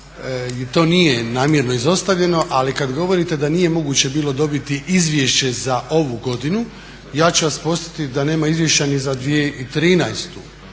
to nije namjerno izostavljeno ali kad govorite da nije moguće bilo dobiti izvješće za ovu godinu ja ću vas podsjetiti da nema izvješća ni za 2013.,